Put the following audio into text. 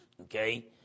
Okay